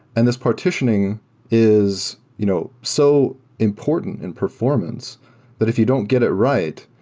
and this partitioning is you know so important in performance that if you don't get it right,